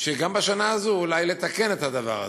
שגם לשנה הזאת אולי נתקן את הדבר הזה.